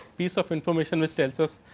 piece of information is tells us,